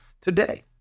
today